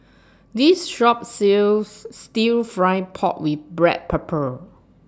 This Shop sells Stir Fried Pork with Black Pepper